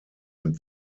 mit